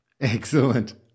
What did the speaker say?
Excellent